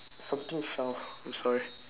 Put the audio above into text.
something fell I'm sorry